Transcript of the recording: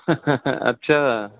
अच्छा